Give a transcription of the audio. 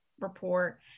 report